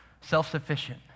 self-sufficient